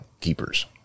keepers